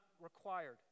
required